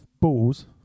balls